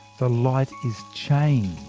the light is changed.